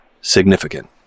significant